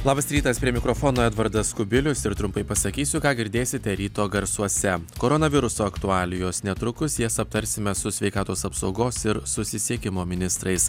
labas rytas prie mikrofono edvardas kubilius ir trumpai pasakysiu ką girdėsite ryto garsuose koronaviruso aktualijos netrukus jas aptarsime su sveikatos apsaugos ir susisiekimo ministrais